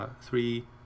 three